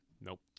Nope